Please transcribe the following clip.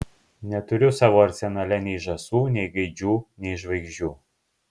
neturiu savo arsenale nei žąsų nei gaidžių nei žvaigždžių